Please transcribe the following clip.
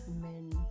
men